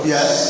Yes